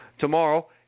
tomorrow